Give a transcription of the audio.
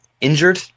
injured